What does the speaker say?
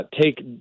take